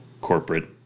corporate